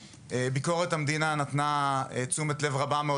ביקורת המדינה נתנה תשומת לב רבה מאוד